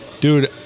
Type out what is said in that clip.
Dude